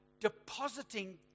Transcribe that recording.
depositing